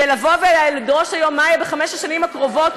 לבוא ולדרוש היום מה יהיה בחמש השנים הקרובות,